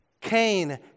Cain